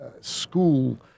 school